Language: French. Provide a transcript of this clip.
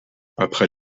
après